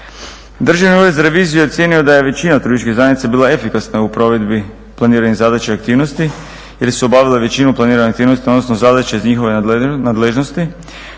Državni ured za reviziju je ocijenio da je većina turističkih zajednica bila efikasna u provedbi planiranih zadaća i aktivnosti jer su obavile većinu planiranih aktivnosti odnosno zadaća iz njihove nadležnosti